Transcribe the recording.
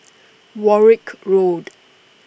Warwick Road